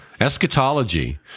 Eschatology